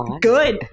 good